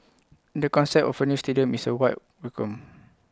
the concept of A new stadium is A white welcome